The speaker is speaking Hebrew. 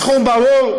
הסכום ברור,